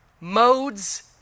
modes